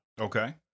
Okay